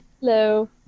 Hello